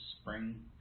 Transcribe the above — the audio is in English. spring